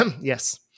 Yes